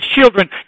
children